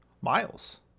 miles